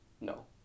No